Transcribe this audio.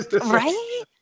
right